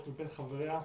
היום יום רביעי,